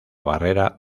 barrera